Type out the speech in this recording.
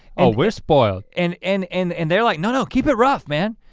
oh we're spoiled. and and and and they're like no no, keep it rough, man.